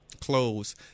close